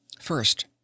First